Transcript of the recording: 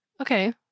Okay